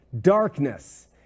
darkness